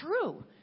true